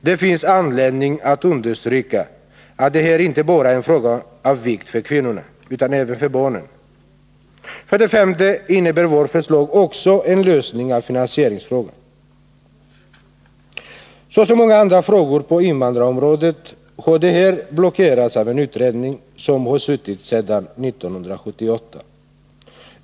Det finns anledning att understryka att det här inte bara är en fråga av vikt för kvinnorna, utan även för barnen. För det femte innebär vårt förslag också en lösning av finansieringsfrågan. Som så många andra frågor på invandrarområdet har den här blockerats av en utredning, som har suttit sedan 1978.